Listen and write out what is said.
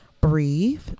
breathe